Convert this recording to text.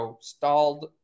stalled